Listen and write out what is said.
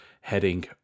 heading